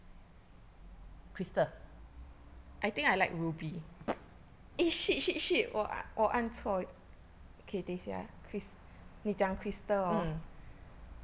crystal mm